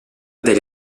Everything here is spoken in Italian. degli